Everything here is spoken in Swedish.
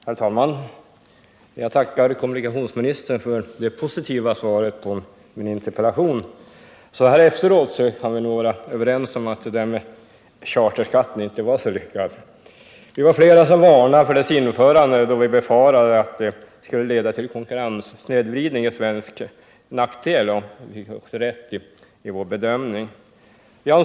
Herr talman! Jag tackar kommunikationsministern för det positiva svaret på min interpellation. Så här efteråt kan vi nog vara överens om att charterskatten inte var så lyckad. Vi var flera som varnade för dess införande, då vi befarade att det skulle leda till en konkurrenssnedvridning till svensk nackdel. Vi fick också rätt i vår bedömning.